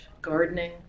Gardening